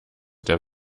der